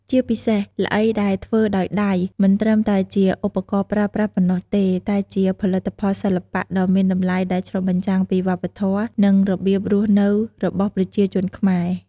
ជាពិសេស ល្អីដែលធ្វើដោយដៃ មិនត្រឹមតែជាឧបករណ៍ប្រើប្រាស់ប៉ុណ្ណោះទេ តែជាផលិតផលសិល្បៈដ៏មានតម្លៃដែលឆ្លុះបញ្ចាំងពីវប្បធម៌ និងរបៀបរស់នៅរបស់ប្រជាជនខ្មែរ។